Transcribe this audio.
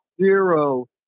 Zero